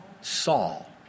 Saul